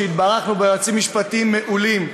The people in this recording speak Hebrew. התברכנו ביועצים משפטיים מעולים,